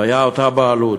זו הייתה אותה בעלות.